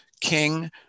king